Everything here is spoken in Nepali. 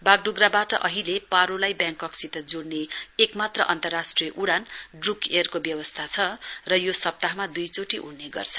बागडोगरावाट अहिले पारोलाई व्याङ्ककसित जोड़ने एकमात्र व्यवस्था छ र उडान ड्रूक एयर को व्यवस्था छ र यो सप्ताहमा द्इचोटि उड़ने गर्छ